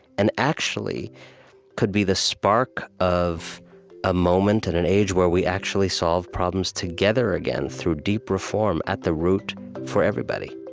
and actually could be the spark of a moment and an age where we actually solve problems together again, through deep reform at the root, for everybody